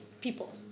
people